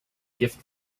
gift